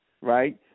right